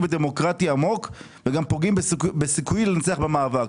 ודמוקרטי עמוק וגם פוגעים בסיכוי לנצח במאבק.